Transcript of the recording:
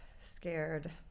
scared